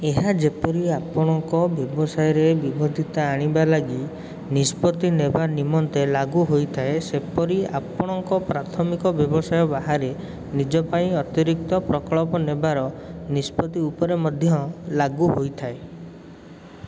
ଏହା ଯେପରି ଆପଣଙ୍କ ବ୍ୟବସାୟରେ ବିବିଦ୍ଧତା ଆଣିବା ଲାଗି ନିଷ୍ପତ୍ତି ନେବା ନିମନ୍ତେ ଲାଗୁ ହୋଇଥାଏ ସେପରି ଆପଣଙ୍କ ପ୍ରାଥମିକ ବ୍ୟବସାୟ ବାହାରେ ନିଜପାଇଁ ଅତିରିକ୍ତ ପ୍ରକଳ୍ପ ନେବାର ନିଷ୍ପତ୍ତି ଉପରେ ମଧ୍ୟ ଲାଗୁ ହୋଇଥାଏ